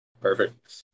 Perfect